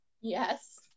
Yes